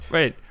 Wait